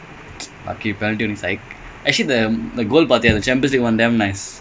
இல்ல:illa